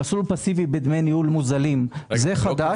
מסלול פסיבי בדמי ניהול מוזלים, זה חדש.